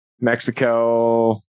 mexico